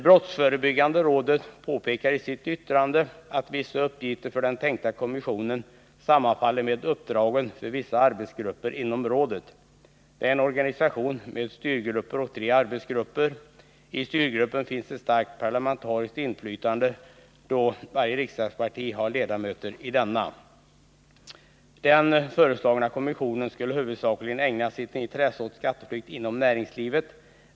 Brottsförebyggande rådet påpekar i sitt yttrande att vissa uppgifter för den tänkta kommissionen sammanfaller med uppdragen för vissa arbetsgrupper inom rådet. Det är en organisation med en styrgrupp och tre arbetsgrupper. I styrgruppen finns ett starkt parlamentariskt inflytande, då varje riksdagsparti har ledamöter i denna. Den föreslagna kommissionen skulle huvudsakligen ägna sitt intresse åt skatteflykt inom näringslivet.